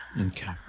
Okay